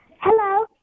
Hello